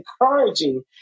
encouraging